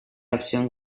acción